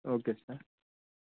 okay sir